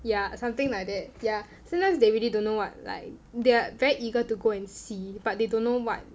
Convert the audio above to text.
ya something like that ya sometimes they really don't know what like they're very eager to go and see but they don't know what